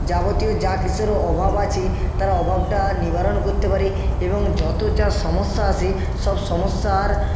যাবতীয় যা কীসেরও অভাব আছে তারা অভাবটা নিবারণ করতে পারে এবং যত যা সমস্যা আসে সব সমস্যার